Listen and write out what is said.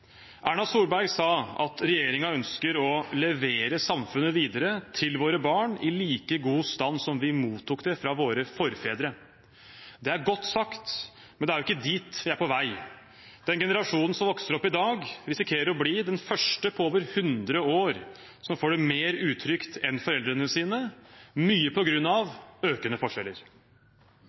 Erna Solberg sa at regjeringen ønsker å levere samfunnet videre til våre barn i like god stand som vi mottok det fra våre forfedre. Det er godt sagt, men det er jo ikke dit vi er på vei. Generasjonen som vokser opp i dag, risikerer å bli den første på over 100 år som får det mer utrygt enn foreldrene sine, mye på grunn av økende forskjeller.